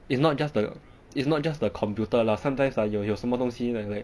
is not just the is not just the computer lah sometimes ah 有有什么东西的 like